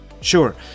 Sure